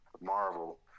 Marvel